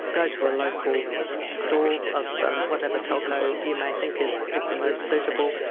go to a local store of whatever telco you may think is is the most suitable.